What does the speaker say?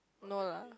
no lah